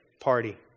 party